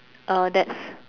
uh that's